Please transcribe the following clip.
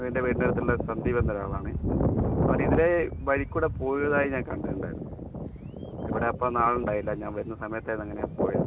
അതെൻ്റെ വീട്ടിനടുത്തുള്ള സന്ദീപ് എന്നൊരാളാണ് അവൻ ഇതിലേ വഴികൂടെ പോയതായി ഞാൻ കണ്ടിട്ടുണ്ടായിരുന്നു ഇവിടെ അപ്പൊന്നും ആളുണ്ടായില്ല ഞാൻ വരുന്ന സമയത്തായിരിന്നു അങ്ങനെ പോയത്